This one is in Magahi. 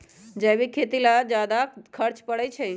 जैविक खेती ला ज्यादा खर्च पड़छई?